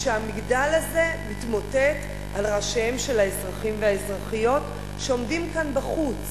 כשהמגדל הזה מתמוטט על ראשיהם של האזרחים והאזרחיות שעומדים כאן בחוץ.